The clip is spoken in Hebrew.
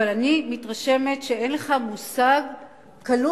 אבל אני מתרשמת שאין לך מושג קלוש,